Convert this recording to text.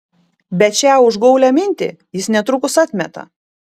bet šią užgaulią mintį jis netrukus atmeta